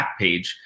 Backpage